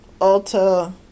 Ulta